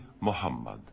Muhammad